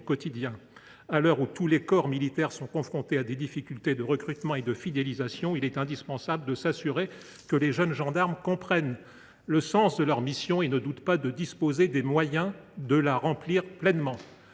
À l’heure où tous les corps militaires sont confrontés à des difficultés de recrutement et de fidélisation, il est indispensable de s’assurer que les jeunes gendarmes comprennent le sens de leur mission et ne doutent pas de disposer des moyens de la remplir pleinement.